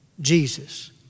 Jesus